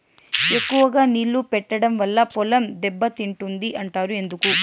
ఎక్కువగా నీళ్లు పెట్టడం వల్ల పొలం దెబ్బతింటుంది అంటారు ఎందుకు?